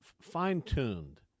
fine-tuned